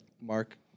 Mark